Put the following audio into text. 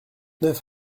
neuf